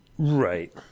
Right